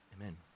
amen